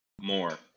more